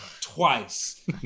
twice